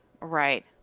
Right